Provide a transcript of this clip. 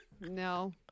No